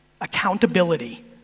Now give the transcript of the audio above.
Accountability